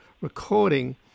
recording